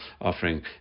offering